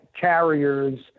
carriers